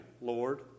Lord